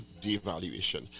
devaluation